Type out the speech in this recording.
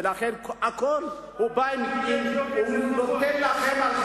ולכן הוא נותן לכם.